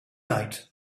night